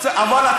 אבל לא יכולים.